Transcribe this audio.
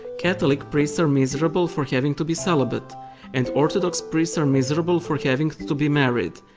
catholic priests are miserable for having to be celibate and orthodox priests are miserable for having to be married,